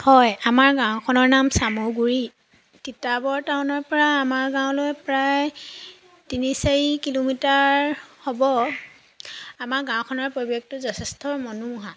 হয় আমাৰ গাঁওখনৰ নাম চামুগুড়ি তিতাবৰ টাউনৰ পৰা আমাৰ গাঁৱলৈ প্ৰায় তিনি চাৰি কিলোমিটাৰ হ'ব আমাৰ গাঁওখনৰ পৰিৱেশটো যথেষ্ট মনোমোহা